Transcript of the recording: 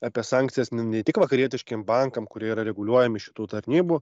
apie sankcijas ne ne tik vakarietiškiem bankam kurie yra reguliuojami šitų tarnybų